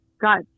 got